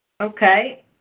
Okay